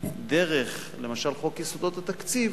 למשל דרך חוק יסודות התקציב,